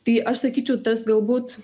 tai aš sakyčiau tas galbūt